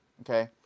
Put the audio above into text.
Okay